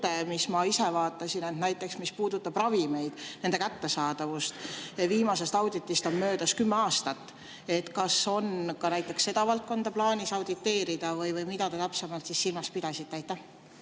mis ma ise [pakuksin], näiteks mis puudutab ravimeid, nende kättesaadavust – viimasest auditist on möödas kümme aastat. Kas on ka seda valdkonda plaanis auditeerida või mida te täpsemalt silmas pidasite?